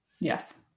Yes